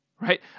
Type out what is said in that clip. right